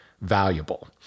valuable